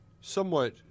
somewhat